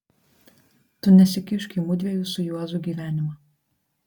tu nesikišk į mudviejų su juozu gyvenimą